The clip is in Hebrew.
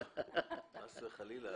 חס וחלילה.